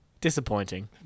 disappointing